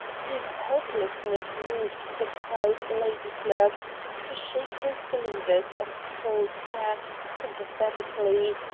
his helplessness moved the proud lady clerk to shake her cylinders of false hair sympathetically,